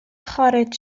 خارج